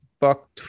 buck